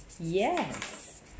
Yes